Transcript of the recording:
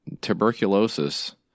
tuberculosis